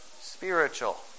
spiritual